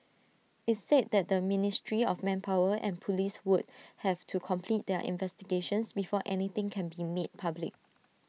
IT said that the ministry of manpower and Police would have to complete their investigations before anything can be made public